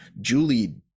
Julie